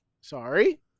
Sorry